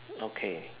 okay